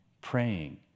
praying